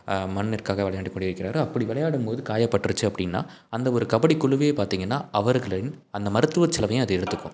மண்ணிற்காக விளையாண்டுக் கொண்டிருக்கார் அப்படி விளையாடும் போது காயப்பட்டுருச்சு அப்படின்னா அந்த ஒரு கபடி குழுவே பார்த்திங்கன்னா அவர்களின் அந்த மருத்துவ செலவையும் அது எடுத்துக்கும்